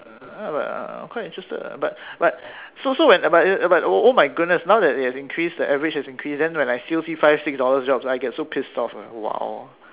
uh quite interested ah but but so so when the but but oh my goodness now that it has increased the average has increased and when I still see five six dollars jobs I get so pissed off ah !wow!